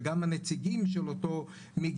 וגם הנציגים של אותו מגזר,